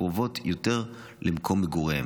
קרובים יותר למקום מגוריהם.